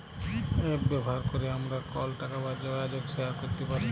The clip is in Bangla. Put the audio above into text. এপ ব্যাভার ক্যরে আমরা কলটাক বা জ্যগাজগ শেয়ার ক্যরতে পারি